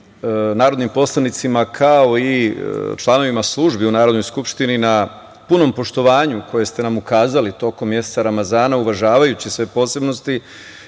narodnim poslanicima, kao i članovima službi u Narodnoj skupštini na punom poštovanju koje ste nam ukazali tokom meseca ramazana, uvažavajući sve posebnosti.